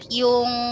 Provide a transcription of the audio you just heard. yung